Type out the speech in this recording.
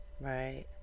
right